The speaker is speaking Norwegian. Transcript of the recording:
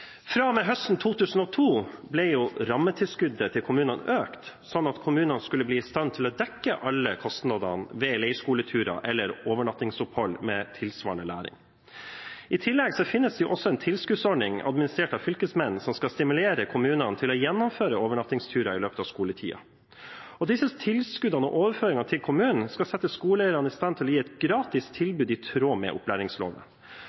høsten 2002 ble rammetilskuddet til kommunene økt, sånn at kommunene skulle bli i stand til å dekke alle kostnadene ved leirskoleturer eller overnattingsopphold med tilsvarende læring. I tillegg finnes det også en tilskuddsordning administrert av Fylkesmannen, som skal stimulere kommunene til å gjennomføre overnattingsturer i løpet av skoletiden. Disse tilskuddene og overføringene til kommunen skal sette skoleeierne i stand til å gi et gratis